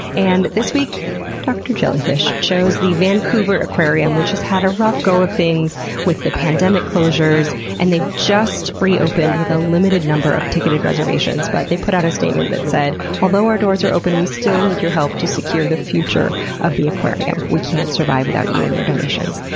and this week dr. jellyfish chose the vancouver aquarium, which has had a rough go of things with the pandemic closures. and they've just re-opened with a limited number of ticketed reservations, but they've put out a statement that said, although our doors are open, we still need your help to secure the future of the aquarium. we can't survive without you and your donations.